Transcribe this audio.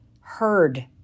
heard